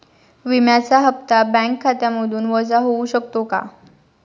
विम्याचा हप्ता बँक खात्यामधून वजा होऊ शकतो का?